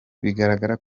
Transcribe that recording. bigaragara